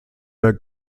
der